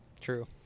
True